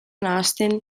ahazten